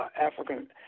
African